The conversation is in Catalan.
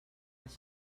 has